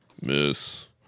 miss